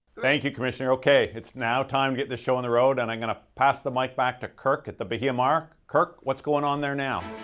thank you commissioner, okay it's now time to get this show on the road and i'm going to pass the mic back to kirk at the bahia mar. kirk, what's going on there now?